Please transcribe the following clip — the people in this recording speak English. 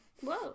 Whoa